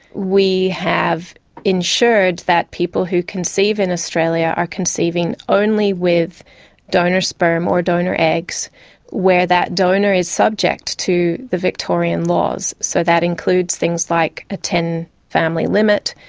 we have ensured that people who conceive in australia are conceiving only with donor sperm or donor eggs where that donor is subject to the victorian laws. so that includes things like a ten family limit,